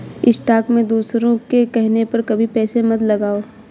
stock में दूसरों के कहने पर कभी पैसे मत लगाओ